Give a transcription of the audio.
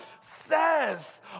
says